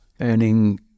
earning